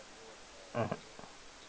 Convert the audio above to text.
mmhmm